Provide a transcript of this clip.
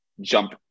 jump